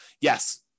yes